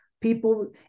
People